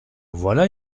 voilà